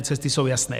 Cesty jsou jasné.